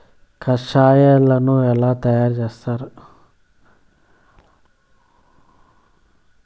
కషాయాలను ఎలా తయారు చేస్తారు?